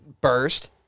burst